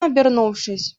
обернувшись